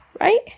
right